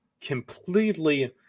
completely